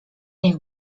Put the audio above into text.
niech